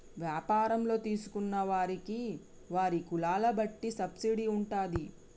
వ్యాపారంలో తీసుకున్న వారికి వారి కులాల బట్టి సబ్సిడీ ఉంటాది